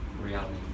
reality